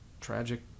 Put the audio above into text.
tragic